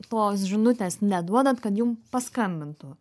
tos žinutės neduodat kad jum paskambintų